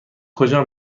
کجا